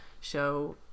show